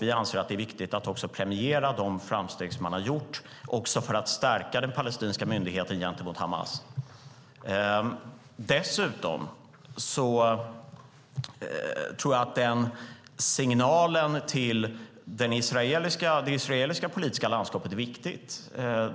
Vi anser att det är viktigt att premiera de framsteg som har gjorts - också för att stärka den palestinska myndigheten gentemot Hamas. Dessutom tror jag att signalen till det israeliska politiska landskapet är viktigt.